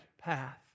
path